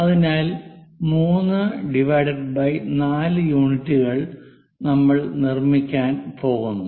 അതിനാൽ 3 ÷ 4 യൂണിറ്റുകൾ നമ്മൾ നിർമ്മിക്കാൻ പോകുന്നു